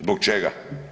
Zbog čega?